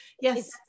yes